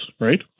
right